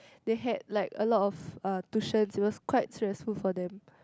they had like a lot of uh tuitions it was quite stressful for them